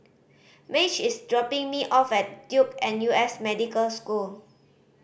Madge is dropping me off at Duke N U S Medical School